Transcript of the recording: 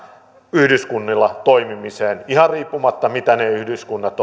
yhdyskunnilla toimimiseen ihan riippumatta siitä mitä ne yhdyskunnat